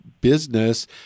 business